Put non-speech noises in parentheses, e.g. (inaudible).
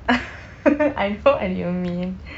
(noise) I know what you mean